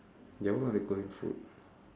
எவ்வள:evvala